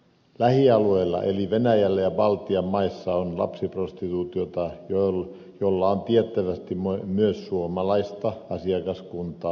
lähialueilla eli venäjällä ja baltian maissa on lapsiprostituutiota jolla on tiettävästi myös suomalaista asiakaskuntaa